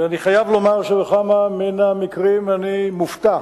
ואני חייב לומר שבכמה מן המקרים אני מופתע.